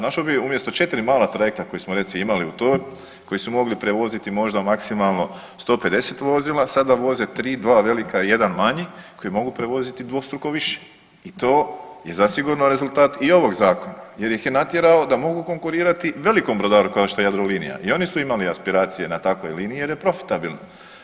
Našao bi umjesto četiri mala trajekta koja smo recimo imali … koji su mogli prevoziti možda maksimalno 150 vozila sada voze tri i dva velika i jedan manji koji mogu prevoziti dvostruko više i to je zasigurno rezultat i ovog zakona jer ih je natjerao da mogu konkurirati velikom brodaru kao što je Jadrolinija i oni su imali aspiracije na takvoj liniji jer je profitabilna.